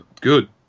Good